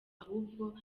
ahubwo